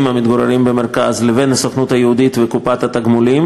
המתגוררים במרכז לבין הסוכנות היהודית וקופת התגמולים.